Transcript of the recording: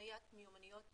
הקניית מיומנויות